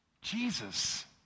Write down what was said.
Jesus